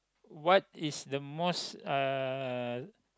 what is the most uh